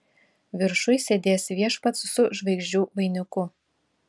viršuj sėdės viešpats su žvaigždžių vainiku